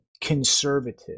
conservative